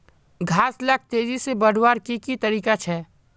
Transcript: घास लाक तेजी से बढ़वार की की तरीका छे?